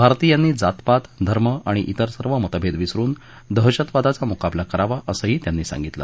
भारतीयांनी जात पात धर्म आणि तेर सर्व मतभेद विसरुन दहशतवादाचा मुकाबला करावा असंही त्यांनी सांगितलं